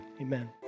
amen